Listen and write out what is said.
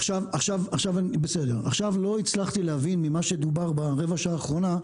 עכשיו לא הצלחתי להבין ממה שדובר ברבע השעה האחרונה,